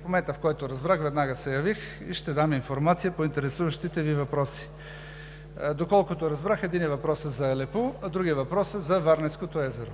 В момента, в който разбрах, веднага се явих и ще дам информация по интересуващите Ви въпроси. Доколкото разбрах, единият въпрос е за Алепу, а другият въпрос е за Варненското езеро.